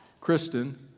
Kristen